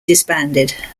disbanded